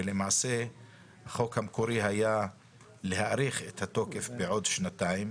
ולמעשה החוק המקורי היה להאריך את התוקף בעוד שנתיים,